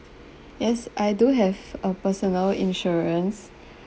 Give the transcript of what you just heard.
yes I do have a personal insurance